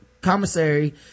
commissary